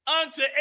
unto